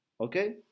okay